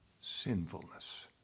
sinfulness